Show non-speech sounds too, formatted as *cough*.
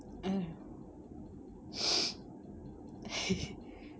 ah *noise* *laughs*